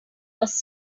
was